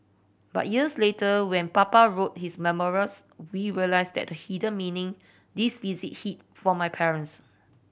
but years later when Papa wrote his memoirs we realised that the hidden meaning this visit hit for my parents